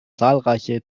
zahlreiche